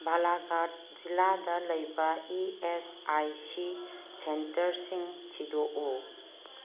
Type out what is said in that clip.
ꯕꯥꯂꯥꯒꯥꯠ ꯖꯤꯜꯂꯥꯗ ꯂꯩꯕ E S I C ꯁꯦꯟꯇꯔꯁꯤꯡ ꯊꯤꯗꯣꯛꯎ